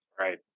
Right